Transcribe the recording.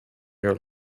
your